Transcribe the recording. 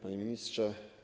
Panie Ministrze!